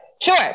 Sure